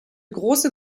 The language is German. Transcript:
große